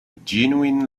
genuine